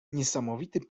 niesamowity